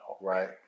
Right